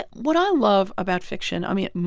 what i love about fiction, i mean,